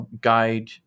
guide